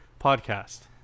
podcast